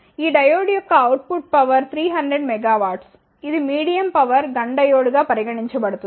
ఈ డయోడ్ యొక్క output power 300 megawatts ఇది మీడియం పవర్ GUNN డయోడ్ గా పరిగణించబడుతుంది